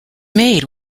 made